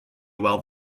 while